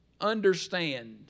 understand